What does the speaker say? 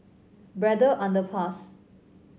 Braddell Underpass